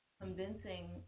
convincing